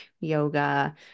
yoga